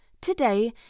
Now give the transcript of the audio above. today